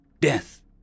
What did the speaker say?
Death